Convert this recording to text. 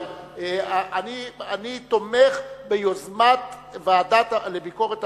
אבל אני תומך ביוזמת הוועדה לביקורת המדינה,